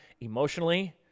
emotionally